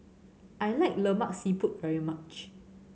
I like Lemak Siput very much